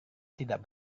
tidak